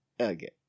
Okay